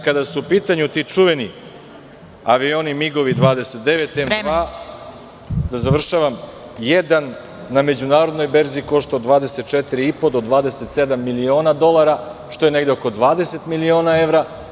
Kada su u pitanju ti čuveni avioni MiG-29 i M-2… (Predsedavajuća: Vreme.) Završavam. … jedan na međunarodnoj berzi košta od 24,5 do 27 miliona dolara, što je negde oko 20 miliona evra.